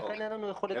ולכן אין לנו יכולת לבקר.